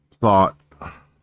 thought